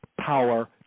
power